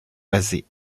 basée